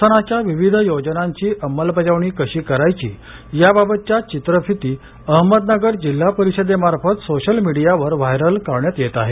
शासनाच्या विविध योजनांची अंमलबजावणी कशी करायची याबाबतच्या चित्रफिती अहमदनगर जिल्हा परिषदेमार्फत सोशल मीडियावर व्हायरल करण्यात येत आहेत